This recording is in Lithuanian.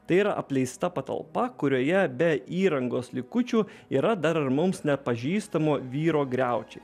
tai yra apleista patalpa kurioje be įrangos likučių yra dar ir mums nepažįstamo vyro griaučiai